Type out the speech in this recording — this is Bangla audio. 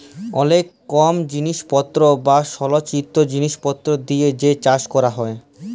অলেক কম জিলিসপত্তর বা সলচিত জিলিসপত্তর দিয়ে যে চাষ ক্যরা হ্যয়